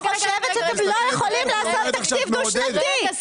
אני חושבת שאתם לא יכולים לעשות תקציב דו שנתי.